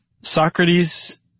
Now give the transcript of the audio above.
Socrates